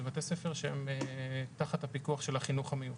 אלה בתי ספר שהם תחת הפיקוח של החינוך המיוחד.